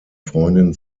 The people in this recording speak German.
freundin